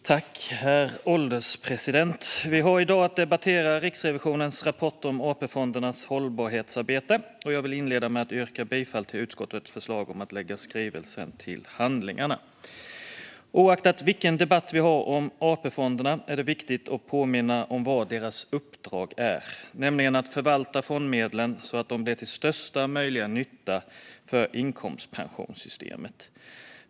Herr ålderspresident! Vi har i dag att debattera Riksrevisionens rapport om AP-fondernas hållbarhetsarbete, och jag vill inleda med att yrka bifall till utskottets förslag om att lägga skrivelsen till handlingarna. Oavsett vilken debatt vi har om AP-fonderna är det viktigt att påminna om vad deras uppdrag är, nämligen att förvalta fondmedlen så att de blir till största möjliga nytta för inkomstpensionssystemet.